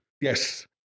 Yes